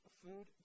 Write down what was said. food